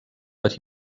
but